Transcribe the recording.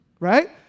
right